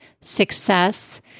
success